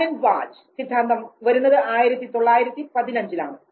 Canon Bard സിദ്ധാന്തം വരുന്നത് 1915 ലാണ്